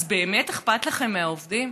אז באמת אכפת לכם מהעובדים?